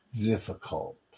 difficult